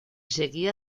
seguía